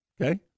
Okay